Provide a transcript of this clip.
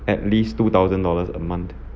at least two thousand dollars a month